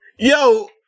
Yo